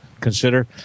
consider